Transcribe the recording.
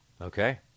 Okay